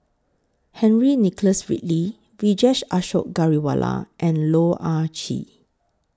Henry Nicholas Ridley Vijesh Ashok Ghariwala and Loh Ah Chee